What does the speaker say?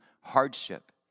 hardship